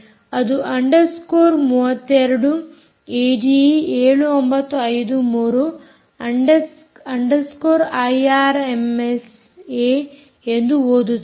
ಅದು ಅಂಡರ್ಸ್ಕೋರ್ 32 ಏಡಿಈ7953 underscore IRMSA ಎಂದು ಓದುತ್ತದೆ